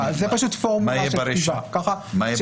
זה פשוט פורמט כתיבה, ככה כותבים חוקים.